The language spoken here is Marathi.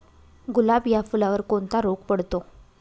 गुलाब या फुलावर कोणता रोग पडतो?